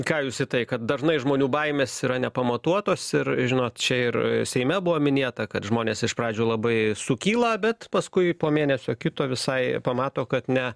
ką jūs į tai kad dažnai žmonių baimės yra nepamatuotos ir žinot čia ir seime buvo minėta kad žmonės iš pradžių labai sukyla bet paskui po mėnesio kito visai pamato kad ne